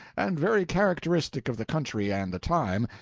and very characteristic of the country and the time,